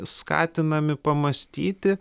skatinami pamąstyti